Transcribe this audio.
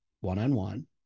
one-on-one